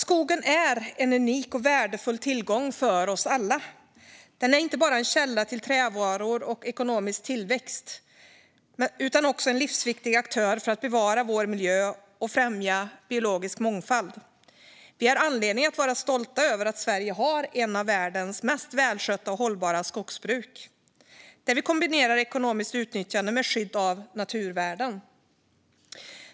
Skogen är en unik och värdefull tillgång för oss alla. Den är inte bara en källa till trävaror och ekonomisk tillväxt utan också en livsviktig aktör för att bevara vår miljö och främja biologisk mångfald. Vi har anledning att vara stolta över att Sverige har ett av världens mest välskötta och hållbara skogsbruk, där vi kombinerar ekonomiskt utnyttjande med skydd av naturvärden.